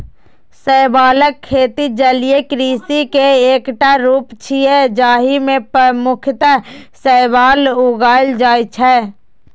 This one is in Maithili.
शैवालक खेती जलीय कृषि के एकटा रूप छियै, जाहि मे मुख्यतः शैवाल उगाएल जाइ छै